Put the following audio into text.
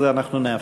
אז אנחנו נאפשר.